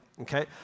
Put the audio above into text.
okay